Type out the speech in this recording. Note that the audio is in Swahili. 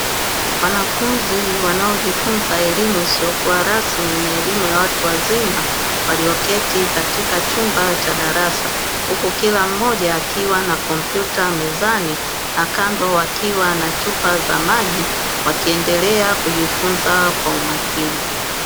Wanafunzi wanaojifunza elimu isiyokua rasmi na elimu ya watu wazima walioketi katika chumba cha darasa, huku kila mmoja akiwa na kompyuta mezani na kando akiwa na chupa za maji wakiendelea kujifunza kwa umakini.